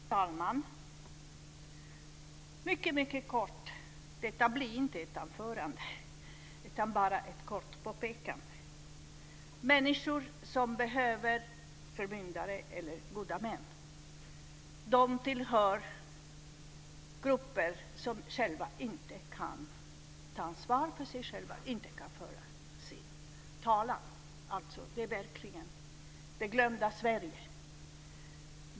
Fru talman! Jag ska hålla mig mycket kort. Detta blir inte ett anförande utan bara ett kort påpekande. Människor som behöver förmyndare eller goda män tillhör grupper som inte kan ta ansvar för sig själva och inte kan föra sin talan. Det är verkligen det glömda Sverige.